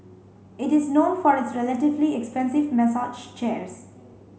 it is known for its relatively expensive massage chairs